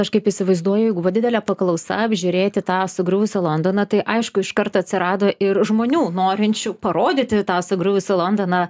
aš kaip įsivaizduoju jeigu va didelė paklausa apžiūrėti tą sugriuvusį londoną tai aišku iškart atsirado ir žmonių norinčių parodyti tą sugriuvusį londoną